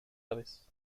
aves